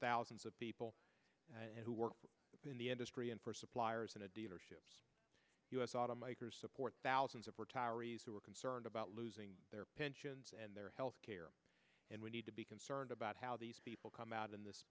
thousands of people and who work in the industry and for suppliers in a dealerships us automakers support thousands of retirees who are concerned about losing their pensions and their health care and we need to be concerned about how these people come out in this